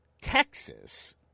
Texas